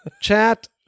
Chat